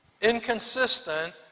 Inconsistent